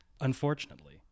Unfortunately